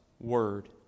Word